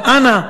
אבל אנא,